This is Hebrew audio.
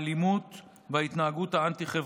האלימות והתנהגות אנטי-חברתית.